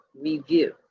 review